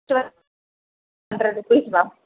so hundred rupees ma'am